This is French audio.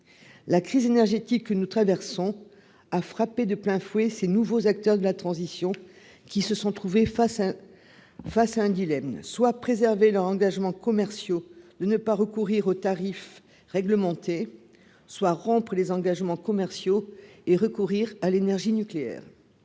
la crise énergétique que nous traversons, a frappé de plein fouet ces nouveaux acteurs de la transition, qui se sont trouvés face à face à un dilemme : soit préservé leur engagements commerciaux de ne pas recourir aux tarifs réglementés soit rompre les engagements commerciaux et recourir à l'énergie nucléaire.